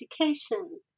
education